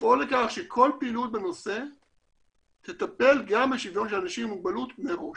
לפעול לכך שכל פעילות בנושא תטפל גם בשוויון של אנשים עם מוגבלות מראש.